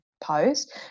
post